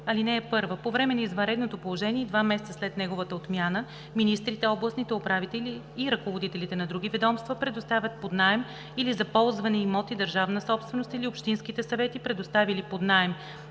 6б. (1) По време на извънредното положение и два месеца след неговата отмяна министрите, областните управители и ръководителите на други ведомства, предоставили под наем или за ползване имоти – държавна собственост, или общинските съвети, предоставили под наем